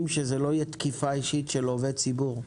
שזה לא יהיה תקיפה אישית של עובד ציבור.